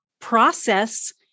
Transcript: process